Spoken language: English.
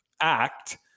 act